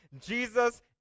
Jesus